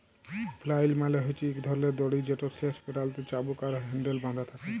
flail মালে হছে ইক ধরলের দড়ি যেটর শেষ প্যারালতে চাবুক আর হ্যাল্ডেল বাঁধা থ্যাকে